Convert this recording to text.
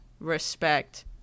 respect